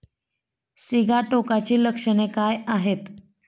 सिगाटोकाची लक्षणे काय आहेत?